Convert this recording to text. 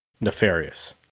Nefarious